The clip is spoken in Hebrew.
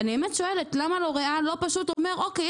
אני באמת שואלת למה לוריאל לא פשוט אומרת אוקי,